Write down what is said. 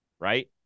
right